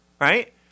right